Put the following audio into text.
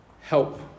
help